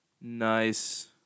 Nice